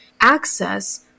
access